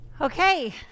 Okay